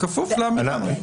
בכפוף לעמידה.